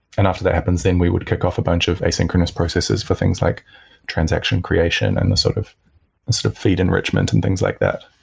and after that happens then we would kick off a bunch of asynchronous processes for things like transaction creation and a sort of and sort of fee enrichment and things like that,